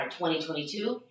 2022